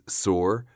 sore